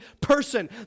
person